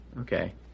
okay